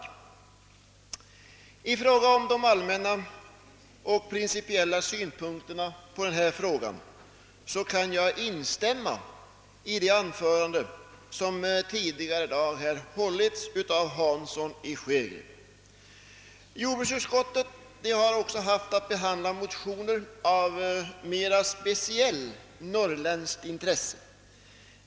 I fråga om de allmänna och principiella synpunkterna på jordbrukspolitiken kan jag instämma i det anförande som tidigare i dag har hållits av herr Hansson i Skegrie. Jordbruksutskottet har också haft att behandla motioner av mera speciellt norrländskt intresse.